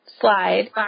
Slide